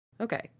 Okay